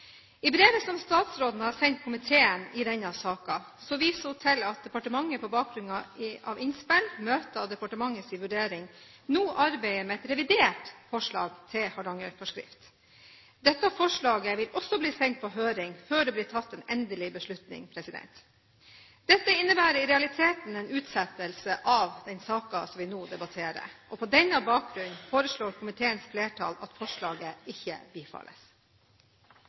I brevet som statsråden har sendt komiteen i denne saken, viser hun til at departementet på bakgrunn av innspill, møter og departementets vurdering nå arbeider med et revidert forslag til Hardangerfjordforskrift. Dette forslaget vil også bli sendt på høring før det blir tatt en endelig beslutning. Dette innebærer i realiteten en utsettelse av den saken vi nå debatterer. På denne bakgrunn foreslår komiteens flertall at forslaget ikke bifalles.